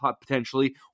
potentially